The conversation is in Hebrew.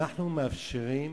אנחנו מאפשרים